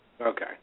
Okay